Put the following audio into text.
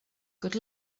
good